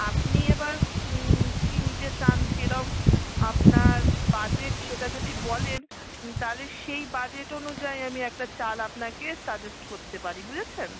আপনি এবার কী নিতে চান কিরকম আপনার বাজেট সেটা যদি বলেন তাহলে সেই বাজেট অনুযায়ী আমি একটা চাল আপনাকে সাজেস্ট করতে পারি বুঝেছেন